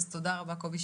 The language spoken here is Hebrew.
בוקר טוב, קובי,